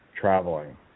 traveling